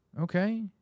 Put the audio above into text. Okay